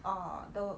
err the